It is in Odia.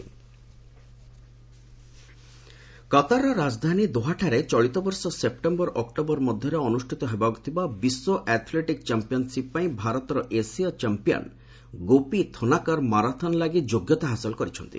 ମାରାଥନ କତାରର ରାଜଧାନୀ ଦୋହାଠାରେ ଚଳିତବର୍ଷ ସେପ୍ଟେମ୍ବର ଅକ୍ଟୋବର ମଧ୍ୟରେ ଅନୁଷ୍ଠିତ ହେବାକୁଥିବା ବିଶ୍ୱ ଆଥ୍ଲେଟିକ୍ ଚମ୍ପିୟନ୍ସିପ୍ ପାଇଁ ଭାରତର ଏସୀୟ ଚମ୍ପିୟନ୍ ଗୋପୀ ଥୋନାକର୍ ମାରାଥନ ପାଇଁ ଯୋଗ୍ୟତା ହାସଲ କରିଛନ୍ତି